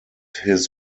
his